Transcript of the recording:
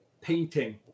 painting